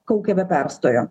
kaukė be perstojo